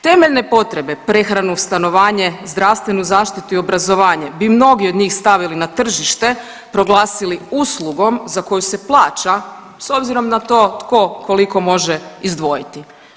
Temeljne potrebe prehranu, stanovanje, zdravstvenu zaštitu i obrazovanje bi mnogi od njih stavili na tržište, proglasili uslugom za koju se plaća s obzirom na to tko koliko može izdvojiti.